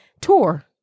tour